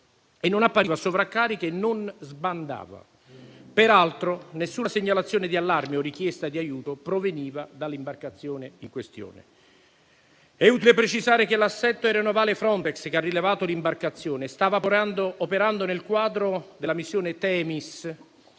non appariva sovraccarica e non sbandava. Peraltro, nessuna segnalazione di allarme o richiesta di aiuto proveniva dall'imbarcazione in questione. È utile precisare che l'assetto aeronavale Frontex che ha rilevato l'imbarcazione stava operando, nel quadro della missione